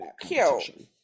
Cute